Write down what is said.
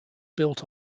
built